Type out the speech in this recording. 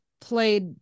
played